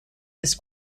this